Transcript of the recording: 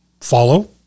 Follow